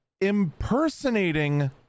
impersonating